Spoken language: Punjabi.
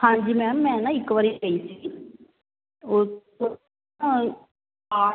ਹਾਂਜੀ ਮੈਮ ਮੈਂ ਨਾ ਇੱਕ ਵਾਰੀ ਗਈ ਸੀ